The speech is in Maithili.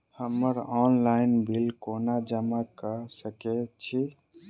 हम्मर ऑनलाइन बिल कोना जमा कऽ सकय छी?